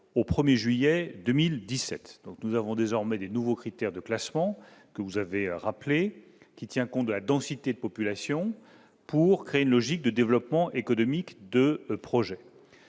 au 1er juillet 2017, donc nous avons désormais des nouveaux critères de classement que vous avez rappelées qui tient compte de la densité de population pour créer une logique de développement économique, de projets,